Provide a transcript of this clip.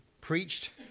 preached